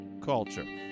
culture